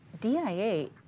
DIA